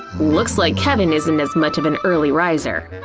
looks like kevin isn't as much of an early riser.